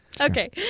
Okay